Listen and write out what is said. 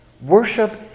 Worship